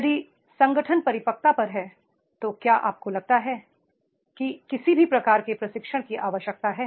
यदि संगठन परिपक्वता पर है तो क्या आपको लगता है कि किसी भी प्रकार के प्रशिक्षण की आवश्यकता है